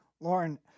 Lauren